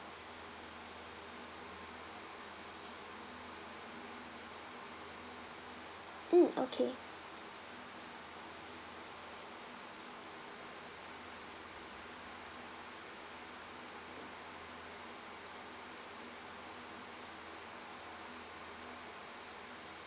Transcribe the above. mm okay